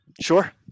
Sure